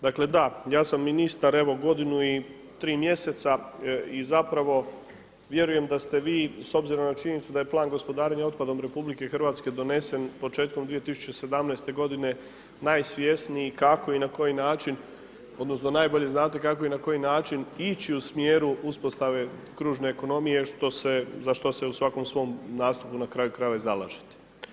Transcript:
Dakle da, ja sam ministar evo godinu i tri mjeseca i zapravo vjerujem da ste vi s obzirom na činjenicu da je plan gospodarenja otpadom RH donesen početkom 2017. godine najsvjesniji kako i na koji način, odnosno najbolje znati kako i na koji način ići u smjeru uspostave kružne ekonomije, za što se u svakom svom nastupu i zalažete.